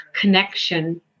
connection